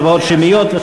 הצבעות שמיות.